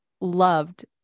loved